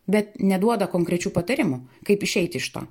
bet neduoda konkrečių patarimų kaip išeiti iš to